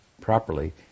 properly